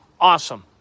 awesome